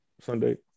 Sunday